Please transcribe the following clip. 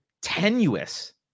tenuous